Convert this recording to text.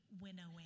winnowing